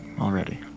already